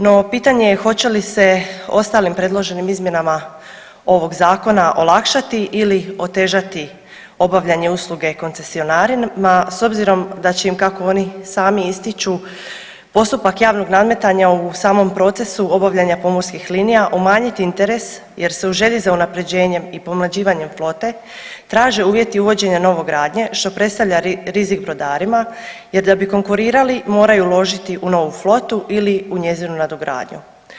No pitanje je hoće li se ostalim predloženim izmjenama ovog zakona olakšati ili otežati obavljanje usluge koncesionarenja s obzirom da će im kako oni sami ističu postupak javnog nadmetanja u samom procesu obavljanja pomorskih linija umanjiti interes jer se u želji za unapređenjem i pomlađivanjem flote traže uvjeti uvođenja novogradnje što predstavlja rizik brodarima jer da bi konkurirali moraju uložiti u novu flotu ili u njezinu nadogradnju.